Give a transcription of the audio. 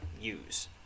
use